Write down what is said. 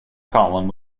column